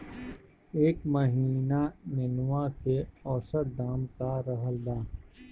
एह महीना नेनुआ के औसत दाम का रहल बा?